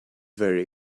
very